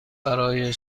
برای